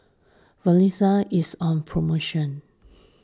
Vagisil is on promotion